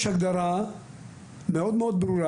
יש במשרד החינוך הגדרה מאוד ברורה,